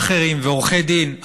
מאכערים ועורכי דין,